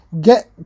get